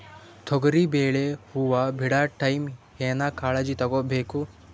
ತೊಗರಿಬೇಳೆ ಹೊವ ಬಿಡ ಟೈಮ್ ಏನ ಕಾಳಜಿ ತಗೋಬೇಕು?